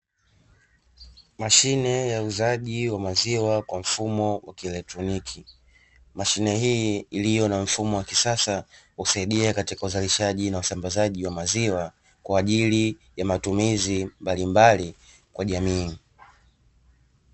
Mashine ya uuzaji wa maziwa kwa mfumo wa kieltroniki